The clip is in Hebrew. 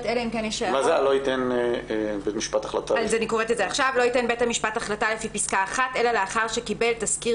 "(*)לא ייתן בית המשפט החלטה לפי פסקה (1) אלא לאחר שקיבל תסקיר